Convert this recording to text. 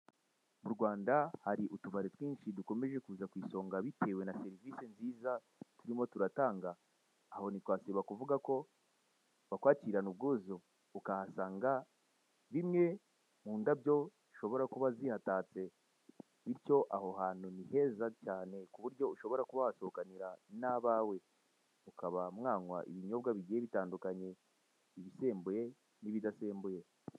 Mu Rwanda hari utubari twinshi dukomeje kuza kw'isonga bitewe na serivise turimo turatanga. Aho ntitwasiba kuvuga ko bakwakirana ubwuzu, ukahasanga bimwe mu ndabyo zishobora kuba zihatatse, bityo aho hantu ni heza , kuburyo ushobora kuba wahasohokana nabawe mukaba mwanywa ibinyobwa bigiye bitandukanye ibisembuye n'ibidasembuye.